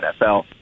NFL